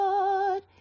Lord